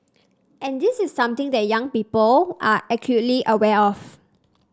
and this is something that young people are acutely aware of